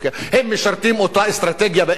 הם משרתים את אותה אסטרטגיה באזור,